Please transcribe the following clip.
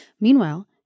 Meanwhile